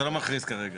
אתה לא מכריז כרגע?